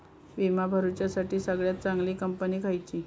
विमा भरुच्यासाठी सगळयात चागंली कंपनी खयची?